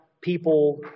people